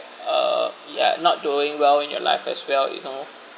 uh ya not doing well in your life as well you know